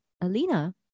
Alina